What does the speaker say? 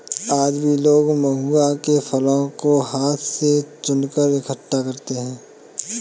आज भी लोग महुआ के फलों को हाथ से चुनकर इकठ्ठा करते हैं